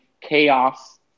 chaos